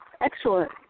Excellent